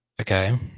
Okay